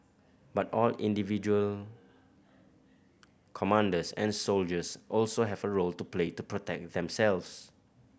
but all individual commanders and soldiers also have a role to play to protect themselves